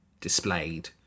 displayed